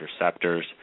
receptors